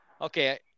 okay